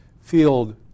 field